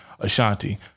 Ashanti